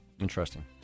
Interesting